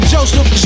Joseph